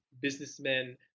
businessmen